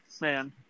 Man